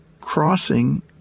crossing